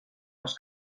als